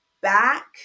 back